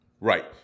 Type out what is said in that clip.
Right